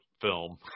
film